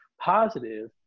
positive